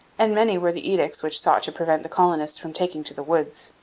and many were the edicts which sought to prevent the colonists from taking to the woods.